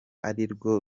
arirwo